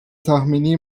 tahmini